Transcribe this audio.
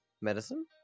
Medicine